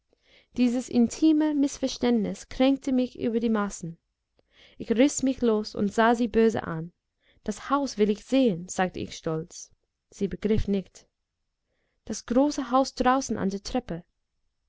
dieses intime mißverständnis kränkte mich über die maßen ich riß mich los und sah sie böse an das haus will ich sehen sagte ich stolz sie begriff nicht das große haus draußen an der treppe